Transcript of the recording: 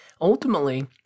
ultimately